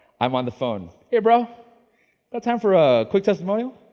i'm on the phone. hey bro, got time for a quick testimonial?